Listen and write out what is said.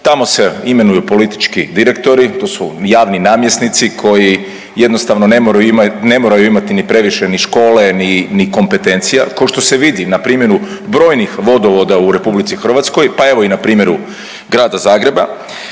tamo se imenuju politički direktori, to su javni namjesnici koji jednostavno ne moraju imati previše ni škole ni kompetencija, kao što se vidi na primjeru brojnih vodovoda u RH, pa evo i na primjeru Grada Zagreba.